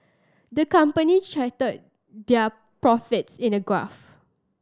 the company charted their profits in a graph